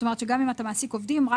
זאת אומרת שגם אם אתה מעסיק עובדים רק